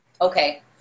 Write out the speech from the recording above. Okay